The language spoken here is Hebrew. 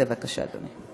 בבקשה, אדוני.